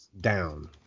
down